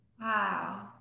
Wow